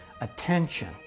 attention